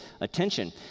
attention